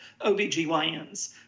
OBGYNs